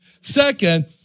Second